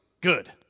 good